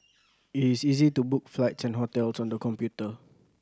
it is easy to book flights and hotels on the computer